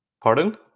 Pardon